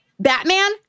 Batman